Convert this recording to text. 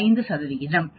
5 சதவீதம்